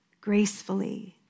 gracefully